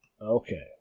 Okay